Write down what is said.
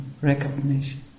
recognition